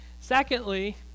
Secondly